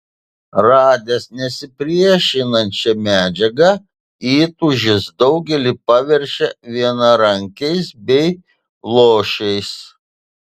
radęs nesipriešinančią medžiagą įtūžis daugelį paverčia vienarankiais bei luošiais